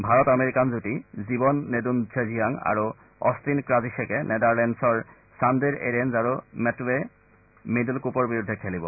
Bharat American যুটী জীৱন নেদুনছেঝিয়াং আৰু অট্টিন ক্ৰাজিছেকে নেদাৰলেণ্ডছৰ চানদেৰ এৰেঞ্জ আৰু মেটৱে মিড্ল কুপৰ বিৰুদ্ধে খেলিব